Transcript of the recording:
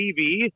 TV